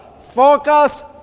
Focus